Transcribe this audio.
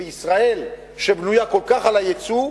וישראל, שבנויה כל כך על היצוא,